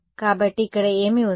కాబట్టి ఇక్కడ ఏమి ఉంది